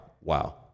Wow